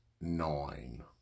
nine